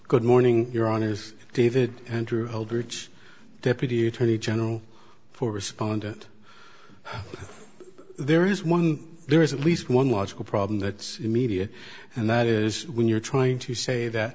good morning you're on is david untrue holdridge deputy attorney general for respondent there is one there is at least one logical problem that the media and that is when you're trying to say that